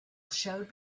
showed